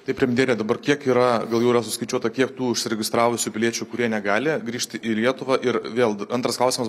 tai premjere dabar kiek yra gal jau yra suskaičiuota kiek tų užsiregistravusių piliečių kurie negali grįžti į lietuvą ir vėl antras klausimas